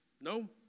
No